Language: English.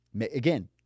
again